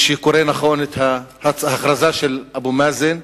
מי שקורא נכון את אבו מאזן,